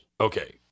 Okay